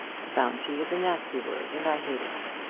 bounty is a nasty word, and i hate it.